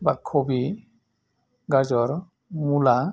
बा कबि गाजर मुला